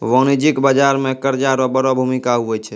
वाणिज्यिक बाजार मे कर्जा रो बड़ो भूमिका हुवै छै